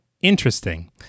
Interesting